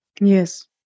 Yes